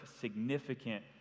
significant